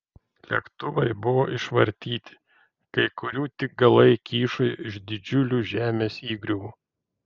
lėktuvai buvo išvartyti kai kurių tik galai kyšojo iš didžiulių žemės įgriuvų